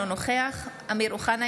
אינו נוכח אמיר אוחנה,